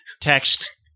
text